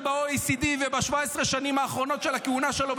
ב-OECD וב-17 שנים האחרונות של הכהונה שלו,